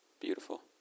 Beautiful